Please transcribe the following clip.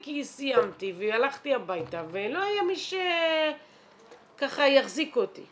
כי סיימתי והלכתי הביתה ולא היה מי שיחזיק אותי.